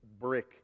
brick